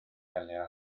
delio